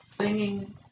singing